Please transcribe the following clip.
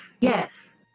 Yes